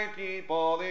people